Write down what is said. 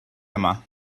yma